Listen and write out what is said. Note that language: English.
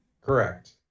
correct